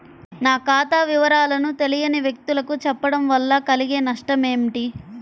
నా ఖాతా వివరాలను తెలియని వ్యక్తులకు చెప్పడం వల్ల కలిగే నష్టమేంటి?